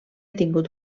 tingut